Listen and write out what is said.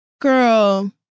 girl